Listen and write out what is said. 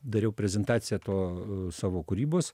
dariau prezentaciją to savo kūrybos